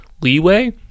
leeway